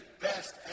best